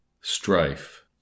Strife